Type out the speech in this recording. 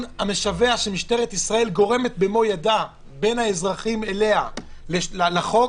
המשווע שמשטרת ישראל גורמת במו ידיה בין האזרחים אליה לחוק,